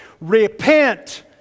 Repent